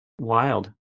wild